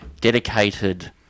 dedicated